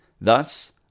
Thus